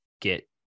get